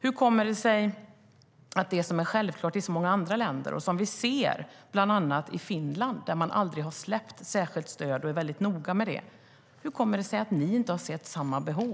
Hur kommer det sig att ni inte har sett samma behov som man så självklart sett i så många andra länder, bland annat i Finland som aldrig har släppt särskilt stöd och är väldigt noga med det?